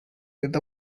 with